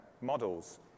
models